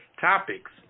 topics